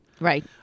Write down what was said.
Right